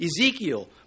Ezekiel